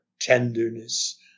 tenderness